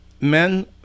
men